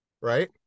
right